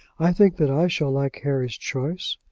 i think that i shall like harry's choice,